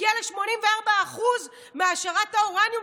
הגיעה ל-84% מהעשרת האורניום,